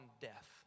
death